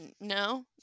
no